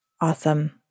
Awesome